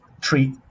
treat